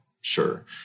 Sure